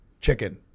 chicken